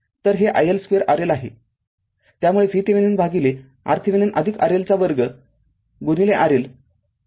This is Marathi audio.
तर हे iL2RL आहे त्यामुळे VThevenin भागिले RThevenin RL चा वर्ग RL आहे